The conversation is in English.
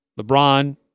LeBron